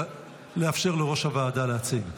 לאפשר ליושב-ראש הוועדה להציג.